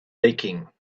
baking